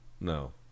no